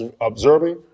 observing